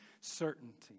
certainty